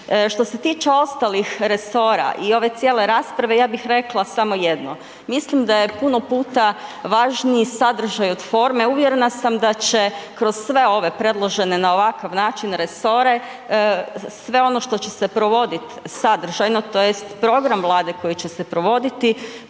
Što se tiče ostalih resora i ove cijele rasprave ja bih rekla samo jedno. Mislim da je puno puta važniji sadržaj od forme, uvjerena sam da će kroz sve ove predložene na ovakav način resore sve ono što će se provoditi sadržajno tj. program Vlade koji će se provoditi